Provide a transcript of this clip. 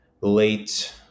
late